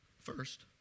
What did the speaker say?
First